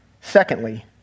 secondly